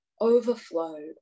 overflow